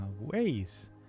ways